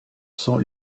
sont